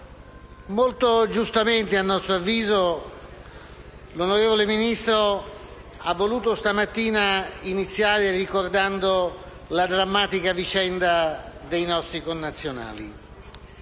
molto giustamente, a nostro avviso, l'onorevole Ministro ha voluto stamattina iniziare ricordando la drammatica vicenda dei nostri connazionali.